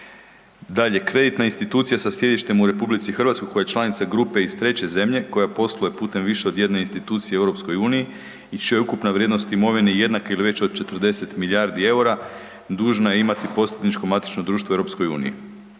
Dalje, kreditna institucija sa sjedištem u RH koja je članica grupe iz treće zemlje koja posluje putem više od jedne institucije u EU i čija je ukupna vrijednost imovine jednaka ili veća od 40 milijardi EUR-a dužna je imati posredničko matično društvo u EU.